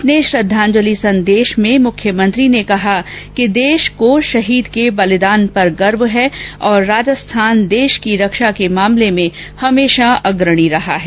अपने श्रद्वाजंलि संदेश में मुख्यमंत्री ने कहा कि देश को शहीद के बलिदान पर गर्व है और राजस्थान देश की रक्षा के मामले में हमेशा अग्रणी रहा है